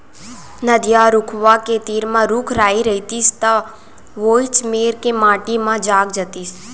नदिया, नरूवा के तीर म रूख राई रइतिस त वोइच मेर के माटी म जाग जातिस